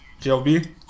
JLB